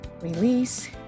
release